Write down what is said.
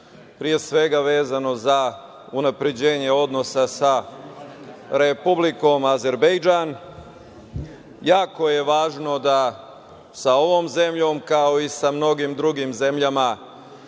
pre svega vezano za unapređenje odnosa sa Republikom Azerbejdžan. Jako je važno da sa ovom zemljom, kao i sa mnogim drugim zemljama